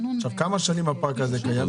כמה שנים הפארק הזה קיים?